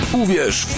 uwierz